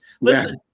Listen